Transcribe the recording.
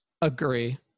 Agree